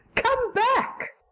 come back,